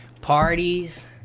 Parties